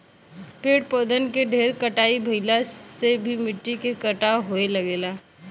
पेड़ पौधा के ढेर कटाई भइला से भी मिट्टी के कटाव होये लगेला